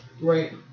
Right